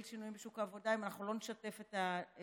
שינויים בשוק העבודה אם אנחנו לא נשתף את התעשייה,